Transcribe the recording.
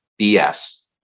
BS